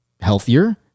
healthier